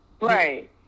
Right